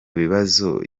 bibazo